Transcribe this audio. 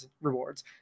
rewards